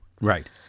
Right